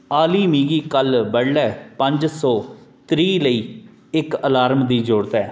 आली मिगी कल बडलै पं'ज सौ त्रीह् लेई इक अलार्म दी जरूरत ऐ